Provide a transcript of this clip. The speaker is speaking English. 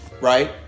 right